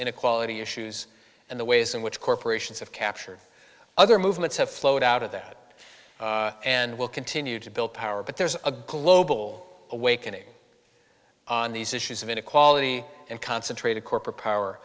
inequality issues and the ways in which corporations have captured other movements have flowed out of that and will continue to build power but there's a global awakening on these issues of inequality and concentrated corporate power